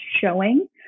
showing